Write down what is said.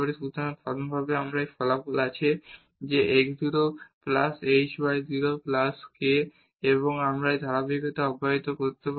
সুতরাং সাধারণভাবে আমাদের এই ফলাফল আছে যে x 0 plus h y 0 plus k এবং আমরা এই ধারাবাহিকতা অব্যাহত রাখতে পারি